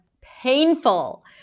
painful